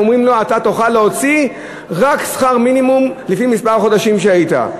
אומרים לו: אתה תוכל להוציא רק שכר מינימום לפי מספר החודשים שהיית,